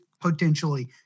potentially